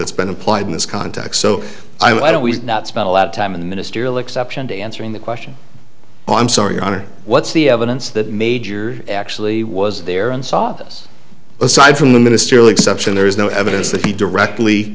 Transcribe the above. that's been applied in this context so i don't we spend a lot of time in the ministerial exception to answering the question i'm sorry your honor what's the evidence that major actually was there and saw us aside from the ministerial exception there is no evidence that he directly